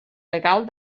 legal